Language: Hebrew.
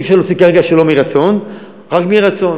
אי-אפשר להוציא כרגע שלא מרצון, רק מרצון.